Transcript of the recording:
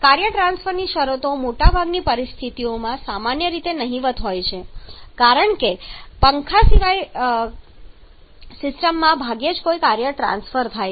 કાર્ય ટ્રાન્સફરની શરતો મોટાભાગની પરિસ્થિતિઓમાં સામાન્ય રીતે નહિવત્ હોય છે કારણ કે પંખાના કામ સિવાય સિસ્ટમમાં ભાગ્યે જ કોઈ કાર્ય ટ્રાન્સફર થાય છે